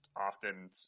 often